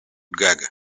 gag